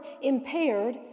impaired